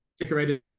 decorated